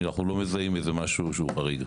אנחנו לא מזהים איזה משהו שהוא חריג.